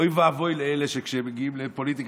אוי ואבוי לאלה שכשהם מגיעים לפוליטיקה